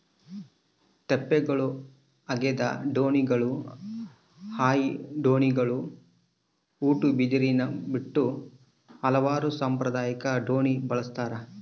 ತೆಪ್ಪಗಳು ಹಗೆದ ದೋಣಿಗಳು ಹಾಯಿ ದೋಣಿಗಳು ಉಟ್ಟುಬಿದಿರಿನಬುಟ್ಟಿ ಹಲವಾರು ಸಾಂಪ್ರದಾಯಿಕ ದೋಣಿ ಬಳಸ್ತಾರ